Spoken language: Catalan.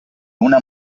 una